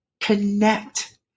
connect